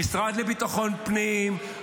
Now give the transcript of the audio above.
המשרד לביטחון פנים,